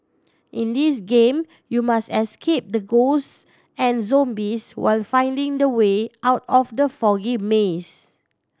in this game you must escape the ghosts and zombies while finding the way out of the foggy maze